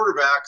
quarterbacks